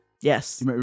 Yes